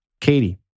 Katie